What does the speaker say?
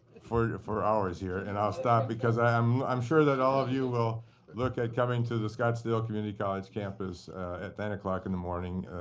for for hours here. and i'll stop, because i'm i'm sure that all of will look at coming to the scottsdale community college campus at nine o'clock in the morning,